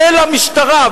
של המשטרה,